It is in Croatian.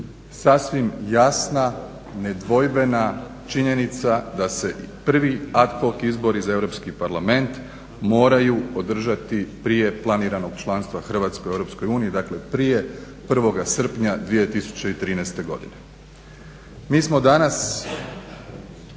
sasvim jasna nedvojbena činjenica da se prvi ad hoc izbori za Europski parlament moraju održati prije planiranog članstva Hrvatske u EU. Dakle, prije 1. srpnja 2013. godine. Mi smo danas